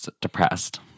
depressed